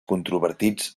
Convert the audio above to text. controvertits